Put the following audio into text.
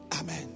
Amen